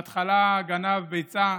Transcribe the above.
בהתחלה גנב ביצה,